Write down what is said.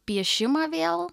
piešimą vėl